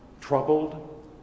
troubled